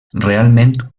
realment